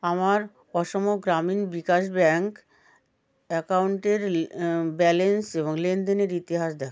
আমার অসম গ্রামীণ বিকাশ ব্যাংক অ্যাকাউন্টের লি ব্যালেন্স এবং লেনদেনের ইতিহাস দেখান